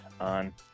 on